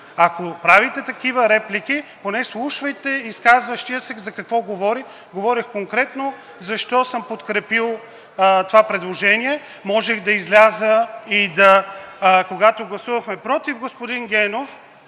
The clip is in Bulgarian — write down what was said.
Ако правите такива реплики, поне слушайте изказващия се за какво говори. Говорех конкретно защо съм подкрепил това предложение. Можех да изляза и когато гласувахме против господин Генов